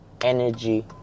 energy